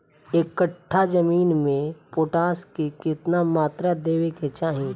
एक कट्ठा जमीन में पोटास के केतना मात्रा देवे के चाही?